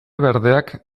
berdeak